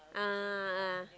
ah ah